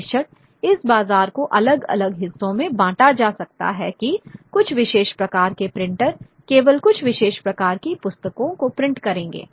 बेशक इस बाजार को अलग अलग हिस्सों में बांटा जा सकता है कि कुछ विशेष प्रकार के प्रिंटर केवल कुछ विशेष प्रकार की पुस्तकों को प्रिंट करेंगे